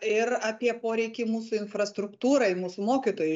ir apie poreikį mūsų infrastruktūrai mūsų mokytojai